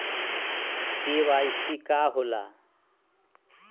KYC का होला?